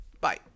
bye